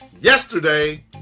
Yesterday